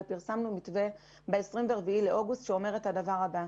פרסמנו מתווה ב-24 באוגוסט שאומר את הדבר הבא: